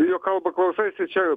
jo kalba klausaisi čia